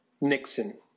Nixon